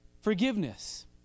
forgiveness